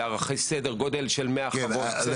סדר גודל של 100 חוות.